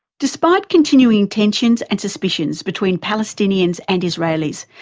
despite continuing tensions and suspicions between palestinians and israelis,